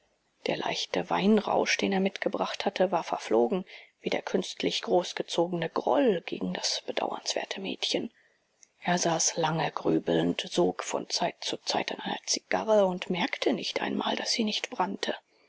der leichte weinrausch den er mitgebracht hatte war verflogen wie der künstlich großgezogene groll gegen das bedauernswerte mädchen er saß lange grübelnd sog von zeit zu zeit an einer zigarre und merkte nicht einmal daß sie nicht brannte